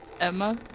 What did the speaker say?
emma